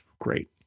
great